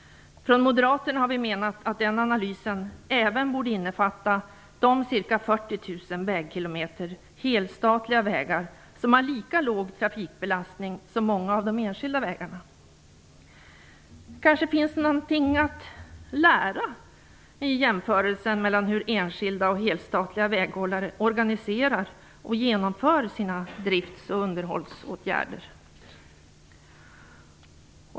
Vi moderater har menat att analysen även borde innefatta de ca 40 000 vägkilometer helstatliga vägar som har lika låg trafikbelastning som många av de enskilda vägarna. Det finns kanske något att lära av jämförelsen mellan enskilda och helstatliga väghållares sätt att organisera och genomföra sina drifts och underhållsåtgärder.